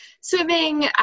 swimming